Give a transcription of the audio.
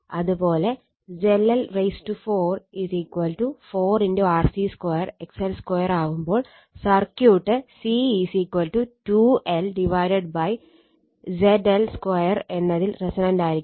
അത് പോലെ ZL4 4 RC2 XL2 ആവുമ്പോൾ സർക്യൂട്ട് C 2 LZL2 എന്നതിൽ റെസൊണന്റായിരിക്കും